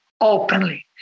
openly